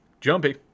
Jumpy